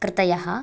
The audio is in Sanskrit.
कृतयः